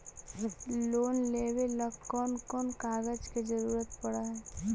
Loan लेबे ल कैन कौन कागज के जरुरत पड़ है?